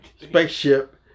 Spaceship